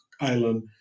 island